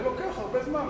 זה לוקח הרבה זמן.